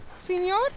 señor